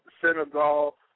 Senegal